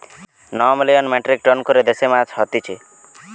নয় million metric ton করে দেশে মাছ হতিছে